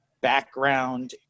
background